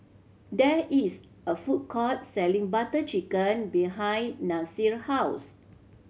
there is a food court selling Butter Chicken behind Nasir house